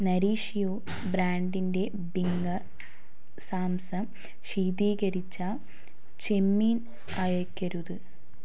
Nourish you ബ്രാൻഡിന്റെ ബിങ് സാംസം ശീതീകരിച്ച ചെമ്മീൻ അയയ്ക്കരുത്